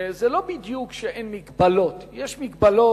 זה לא בדיוק שאין מגבלות, יש מגבלות,